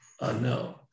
unknown